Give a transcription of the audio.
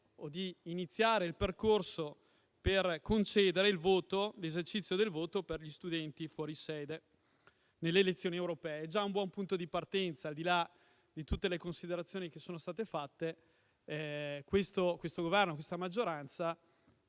o di iniziare il percorso per concedere l'esercizio del voto per gli studenti fuori sede nelle elezioni europee. È già un buon punto di partenza; al di là di tutte le considerazioni che sono state fatte, il Governo e la maggioranza